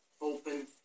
open